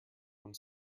one